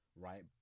Right